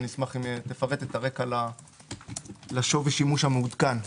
אשמח שתפרט את הרקע לשווי השימוש המעודכן.